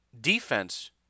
defense